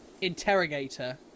interrogator